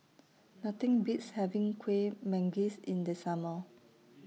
Nothing Beats having Kuih Manggis in The Summer